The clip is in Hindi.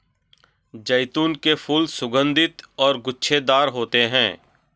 जैतून के फूल सुगन्धित और गुच्छेदार होते हैं